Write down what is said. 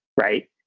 right